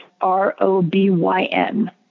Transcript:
R-O-B-Y-N